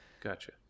Gotcha